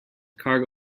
cargo